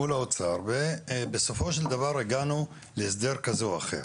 מול האוצר ובסופו שלדבר אנחנו נגענו להסדר כזה אחר.